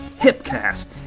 Hipcast